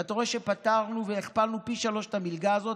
ואתה רואה שפתרנו והכפלנו פי שלושה את המלגה הזאת,